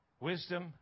Wisdom